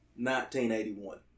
1981